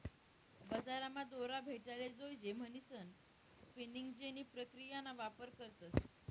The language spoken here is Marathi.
बजारमा दोरा भेटाले जोयजे म्हणीसन स्पिनिंग जेनी प्रक्रियाना वापर करतस